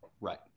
Right